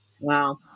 Wow